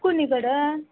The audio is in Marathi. कोणी बरं